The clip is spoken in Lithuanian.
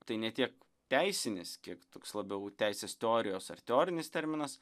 tai ne tiek teisinis kiek toks labiau teisės teorijos ar teorinis terminas